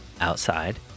outside